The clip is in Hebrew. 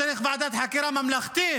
צריך ועדת חקירה ממלכתית,